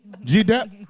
G-Dep